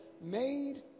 made